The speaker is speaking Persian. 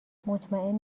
مطمئن